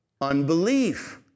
Unbelief